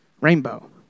rainbow